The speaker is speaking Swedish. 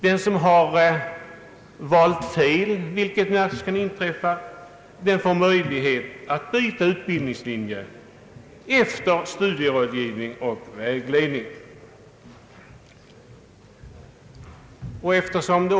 Den som valt fel, vilket naturligtvis kan inträffa, får möjlighet att efter studierådgivning och vägledning byta utbildningslinje.